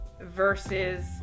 versus